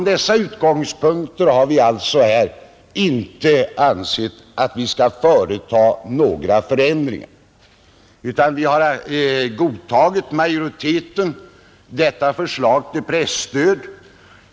Med dessa utgångspunkter har utskottsmajoriteten ansett att det inte bör företas några förändringar av propositionens förslag.